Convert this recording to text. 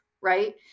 right